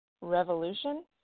Revolution